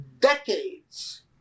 decades